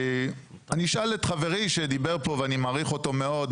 אני אשאל את חברי שדיבר פה ואני מעריך אותו מאוד,